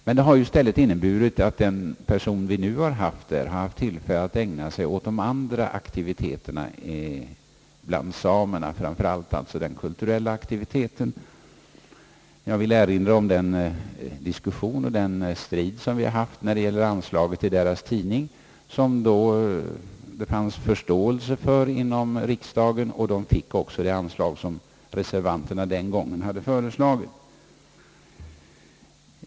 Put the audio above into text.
Men detta har i stället inneburit ait den person, som innehaft denna tjänst, haft tillfälle att ägna sig åt de övriga aktiviteterna bland samerna, framför allt den kulturella verksamheten. Jag vill erinra om den diskussion vi hade beträffande anslaget till samernas tidning. Det fanns därvid inom riksdagen förståelse för behovet av en sådan, och det anslag som reservanterna den gången begärde blev beviljat.